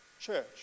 Church